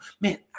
man